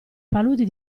paludi